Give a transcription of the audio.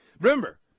Remember